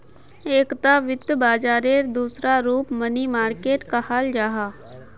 एकता वित्त बाजारेर दूसरा रूप मनी मार्किट कहाल जाहा